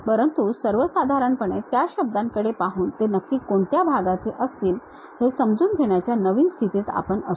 परंतु सर्वसाधारणपणे त्या शब्दांकडे पाहून ते नक्की कोणत्या भागाचे असतील हे समजून घेण्याच्या नवीन स्थितीत आपण असू